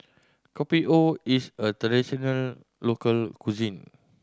Kopi O is a traditional local cuisine